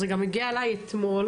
זה גם הגיע אליי אתמול,